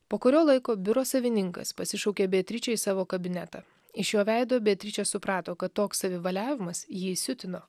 po kurio laiko biuro savininkas pasišaukė beatričę į savo kabinetą iš jo veido beatričė suprato kad toks savivaliavimas jį įsiutino